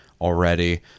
already